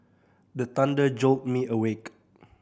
the thunder jolt me awake